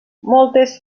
moltes